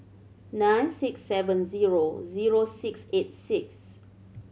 nine six seven zero zero six eight six